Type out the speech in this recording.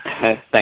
Thanks